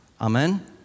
Amen